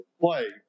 play